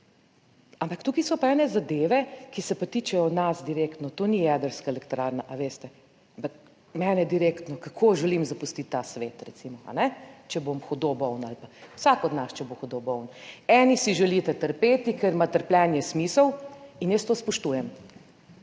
Ampak tukaj so pa ene zadeve, ki se pa tičejo nas direktno. To ni jedrska elektrarna, veste, ampak mene direktno, kako želim zapustiti ta svet, recimo, če bom hudo bolna ali pa vsak od nas, če bo hudo bolen. Eni si želite trpeti, ker ima trpljenje smisel in jaz to spoštujem.